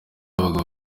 abagabo